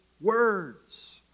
words